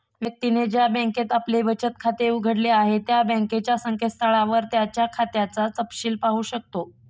व्यक्तीने ज्या बँकेत आपले बचत खाते उघडले आहे त्या बँकेच्या संकेतस्थळावर त्याच्या खात्याचा तपशिल पाहू शकतो